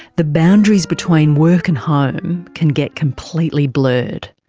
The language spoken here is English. the boundaries between work and home can get completely blurred.